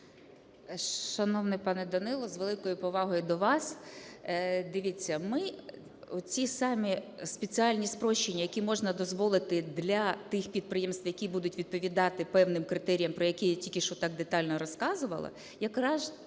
Шановний пане Данило, з великою повагою до вас, дивіться, ми оці самі спеціальні спрощення, які можна дозволити для тих підприємств, які будуть відповідати певним критеріям, про які я тільки що так детально розказувала, якраз